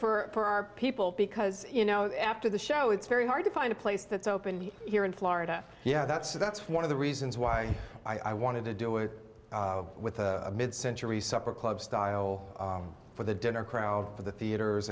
fantastic for our people because you know after the show it's very hard to find a place that's opened here in florida yeah that's that's one of the reasons why i wanted to do it with a mid century supper club style for the dinner crowd for the theaters